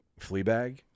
Fleabag